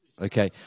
Okay